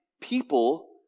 people